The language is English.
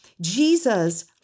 Jesus